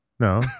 No